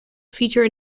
feature